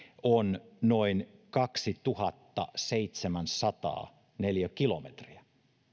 on noin kaksituhattaseitsemänsataa neliökilometriä